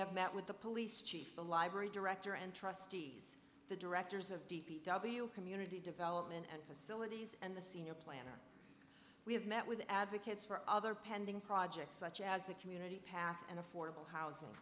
have met with the police chief the library director and trustees the directors of d p w community development and facilities and the senior planner we have met with advocates for other pending projects such as the community path and affordable housing